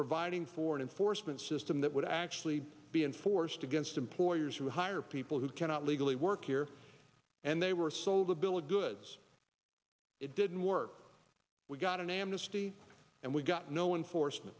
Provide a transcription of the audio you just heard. providing for an enforcement system that would actually be enforced against employers who hire people who cannot legally work here and they were sold a bill of goods it didn't work we got an amnesty and we got no one for